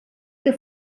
que